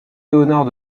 léonard